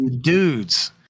dudes